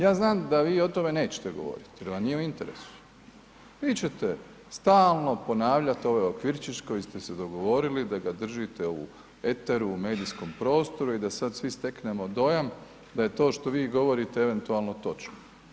Ja znam da vi o tome nećete govoriti jer vam nije u interesu, vi ćete stalno ponavljati ovaj okvirčić koji ste se dogovorili da ga držite u eteru, u medijskom prostoru i da sad svi steknemo dojam da je to što vi govorite eventualno točno.